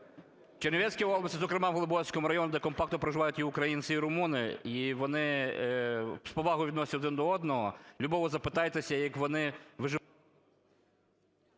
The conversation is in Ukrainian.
В …Чернівецькій області, зокрема в Глибоцькому районі, де компактно проживають і українці, і румуни, і вони з повагою відносяться один до одного. Любого запитайтеся, як вони виживають…